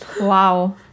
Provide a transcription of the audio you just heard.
Wow